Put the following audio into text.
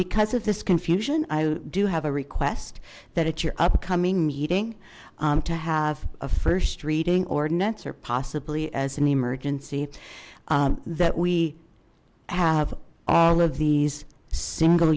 because of this confusion i do have a request that it's your upcoming meeting to have a first reading ordinance or possibly as an emergency that we have all of these single